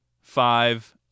Five